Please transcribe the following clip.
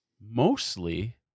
mostly